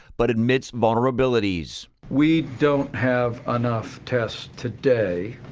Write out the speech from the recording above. but admits vulnerabilities. we don't have enough tests today,